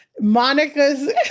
Monica's